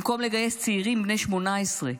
במקום לגייס צעירים בני 18,